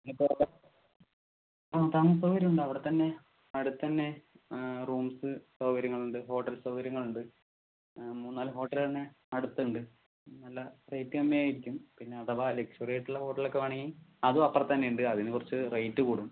ഇനി ഇപ്പോൾ ആ താമസ സൗകര്യം ഉണ്ട് അവിടെത്തന്നെ അടുത്തുതന്നെ റൂംസ് സൗകര്യങ്ങളുണ്ട് ഹോട്ടൽ സൗകര്യങ്ങളുണ്ട് മൂന്നാല് ഹോട്ടൽ തന്നെ അടുത്തുണ്ട് നല്ല റേറ്റ് കമ്മിയായിരിക്കും പിന്നെ അഥവാ ലക്ഷുറി ആയിട്ടുള്ള ഹോട്ടൽ ഒക്കെ വേണമെങ്കിൽ അതും അപ്പുറത്ത് തന്നെയുണ്ട് അതിന് കുറച്ച് റേറ്റ് കൂടും